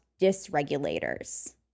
dysregulators